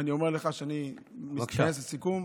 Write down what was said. אני אומר לך שאני מתכנס לסיכום.